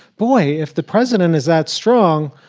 boy, if the president is that strong,